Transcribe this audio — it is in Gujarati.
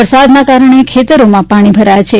વરસાદને કારણે ખેતરોમાં પાણી ભરાયા છે